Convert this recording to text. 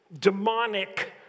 demonic